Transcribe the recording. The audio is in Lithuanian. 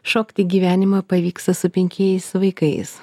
šokti gyvenimą pavyksta su penkiais vaikais